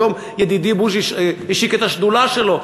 היום ידידי בוז'י השיק את השדולה שלו.